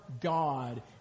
God